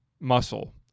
muscle